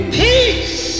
peace